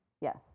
Yes